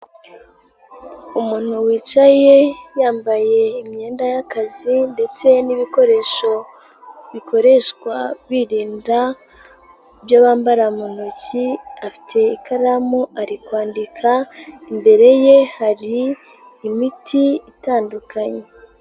Umuntu wicaye yambaye imyenda y'akazi ndetse n'ibikoresho bikoreshwa birinda, ibyo bambara mu ntoki, afite ikaramu ari kwandika, imbere ye hari imiti itandukanye.